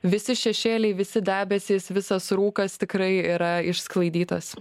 visi šešėliai visi debesys visas rūkas tikrai yra išsklaidytas